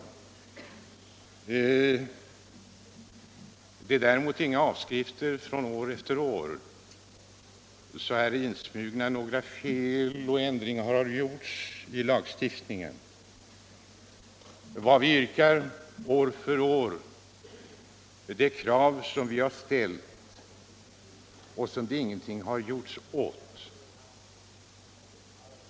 Motionen är däremot ingen avskrift av tidigare års motioner, så här finns inga fel insmugna, och därför att ändringar har gjorts i lagstiftningen sedan motionen författades. De krav vi har ställt har det inte gjort någonting åt.